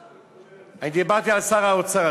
אני דיברתי על שר האוצר,